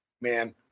Man